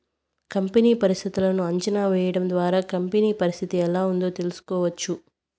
company పరిస్థితులను అంచనా వేయడం ద్వారా కంపెనీ పరిస్థితి ఎలా ఉందో తెలుసుకోవచ్చు